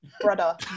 Brother